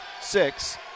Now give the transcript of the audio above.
six